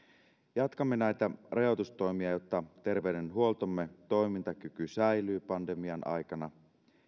jatkamme näitä rajoitustoimia jotta terveydenhuoltomme toimintakyky säilyy pandemian aikana